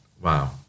Wow